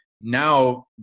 now